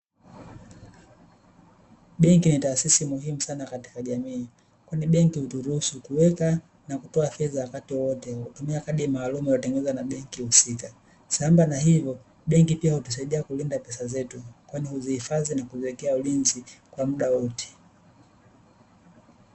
Benki ni taasisi muhimu sana katika jamii kwani benki huturuhusu kuweka na kutoa fedha wakati wowote ule, kutumia kadi maalumu iliyotengenezwa na benki husika sambamba na hivyo benki hutusaidia kulinda pesa zetu, kwani huzihifadhi na kuziwekea ulinzi kwa mda wote.